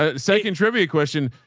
ah second trivia question.